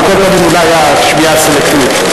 על כל פנים, אולי השמיעה הסלקטיבית,